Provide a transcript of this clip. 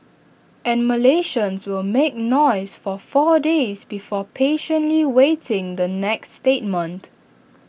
and Malaysians to will make noise for four days before patiently waiting the next statement